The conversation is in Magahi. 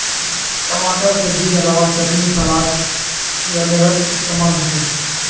टमाटर सब्जिर अलावा चटनी सलाद वगैरहत इस्तेमाल होचे